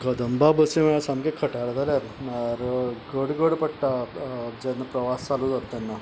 कदंबा बसी म्हणळ्यार सामक्यो खटाऱ्यो जाल्यात गडगड पडटा जेन्ना प्रवास चालू जाता तेन्ना